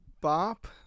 Bop